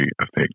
affect